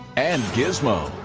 and gizmo.